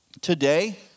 today